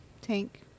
tank